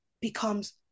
becomes